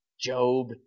Job